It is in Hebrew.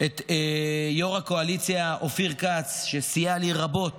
את יו"ר הקואליציה אופיר כץ, שסייע לי רבות